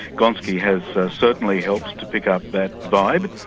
gonski has certainly helped to pick up that vibe,